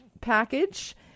package